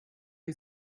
die